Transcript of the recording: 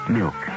milk